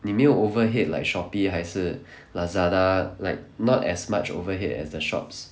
你没有 overhead like Shopee 还是 Lazada like not as much overhead as the shops